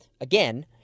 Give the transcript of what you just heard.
again